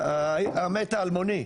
המת האלמוני.